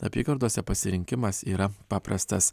apygardose pasirinkimas yra paprastas